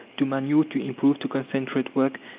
to manure, to improve, to concentrate work,